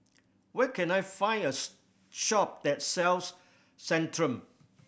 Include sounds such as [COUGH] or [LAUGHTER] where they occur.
where can I find a [UNINTELLIGIBLE] shop that sells Centrum